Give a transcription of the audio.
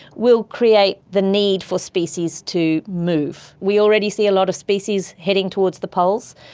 will create the need for species to move. we already see a lot of species heading towards the poles.